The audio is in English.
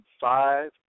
five